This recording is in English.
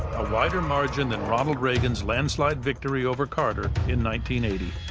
a wider margin than ronald reagan's landslide victory over carter in one